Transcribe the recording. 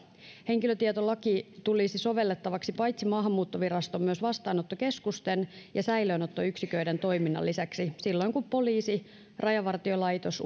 henkilötietolaki tulisi sovellettavaksi paitsi maahanmuuttoviraston myös vastaanottokeskusten ja säilöönottoyksiköiden toiminnassa sekä lisäksi silloin kun poliisi rajavartiolaitos